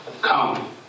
Come